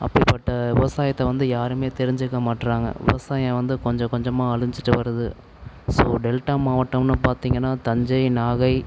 அப்படிப்பட்ட விவசாயத்தை வந்து யாருமே தெரிஞ்சுக்க மாட்டேறாங்க விவசாயம் வந்து கொஞ்சம் கொஞ்சமாக அழிஞ்சுட்டு வருது ஸோ டெல்டா மாவட்டம்ன்னு பார்த்திங்கன்னா தஞ்சை நாகை